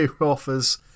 offers